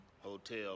Hotel